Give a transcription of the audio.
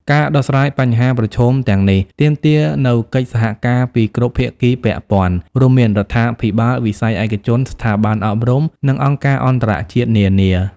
ការដោះស្រាយបញ្ហាប្រឈមទាំងនេះទាមទារនូវកិច្ចសហការពីគ្រប់ភាគីពាក់ព័ន្ធ រួមមានរដ្ឋាភិបាល វិស័យឯកជន ស្ថាប័នអប់រំ និងអង្គការអន្តរជាតិនានា។